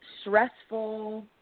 stressful